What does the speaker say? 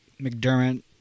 McDermott